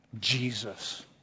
Jesus